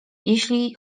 jeśli